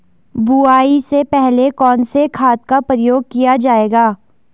बुआई से पहले कौन से खाद का प्रयोग किया जायेगा?